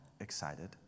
excited